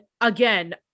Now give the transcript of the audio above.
again